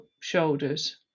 shoulders